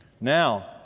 Now